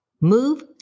move